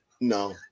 No